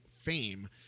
fame